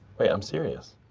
wait, i'm serious.